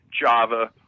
Java